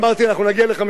אנחנו נגיע ל-50,000,